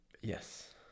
Yes